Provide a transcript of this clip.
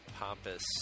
pompous